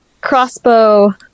crossbow